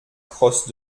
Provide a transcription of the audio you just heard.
crosse